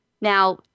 Now